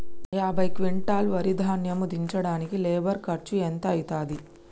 యాభై క్వింటాల్ వరి ధాన్యము దించడానికి లేబర్ ఖర్చు ఎంత అయితది?